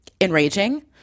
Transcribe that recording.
enraging